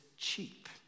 cheap